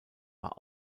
war